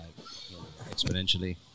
exponentially